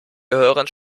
gehören